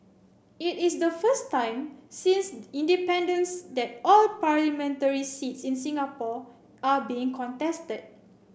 it is the first time since independence that all parliamentary seats in Singapore are being contested